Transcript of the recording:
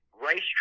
racetrack